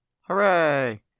Hooray